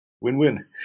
Win-win